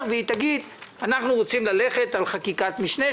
ותגיד: אנחנו רוצים ללכת על חקיקת משנה,